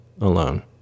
alone